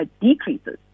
decreases